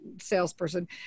salesperson